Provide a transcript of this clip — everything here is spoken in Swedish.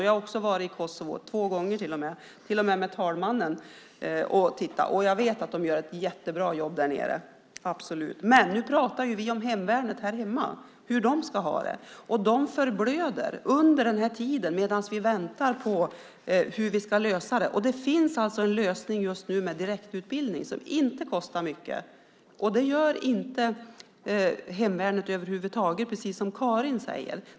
Jag har varit i Kosovo och tittat två gånger, en gång med talmannen till och med. Jag vet att de gör att jättebra jobb där nere. Men nu talar vi om hemvärnet här hemma och hur de ska ha det. De förblöder under tiden som vi väntar på hur vi ska lösa det. Det finns en lösning med direktutbildning som inte kostar mycket. Det gör inte hemvärnet över huvud taget, precis som Karin säger.